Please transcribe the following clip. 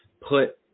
put